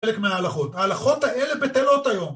חלק מההלכות. ההלכות האלה בטלות היום.